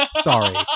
Sorry